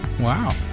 Wow